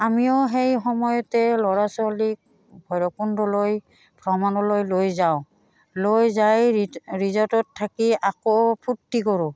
আমিও সেই সময়তে ল'ৰা ছোৱালীক ভৈৰৱকুণ্ডলৈ ভ্ৰমণলৈ লৈ যাওঁ লৈ যাই ৰিজৰ্টত থাকি আকৌ ফূৰ্তি কৰোঁ